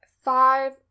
five